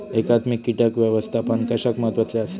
एकात्मिक कीटक व्यवस्थापन कशाक महत्वाचे आसत?